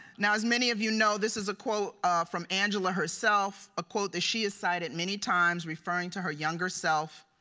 now, as many of you know, is a quote from angela herself. a quote that she has cited many times referring to her younger self.